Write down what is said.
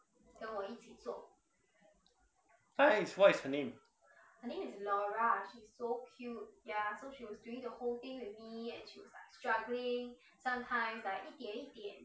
what is her name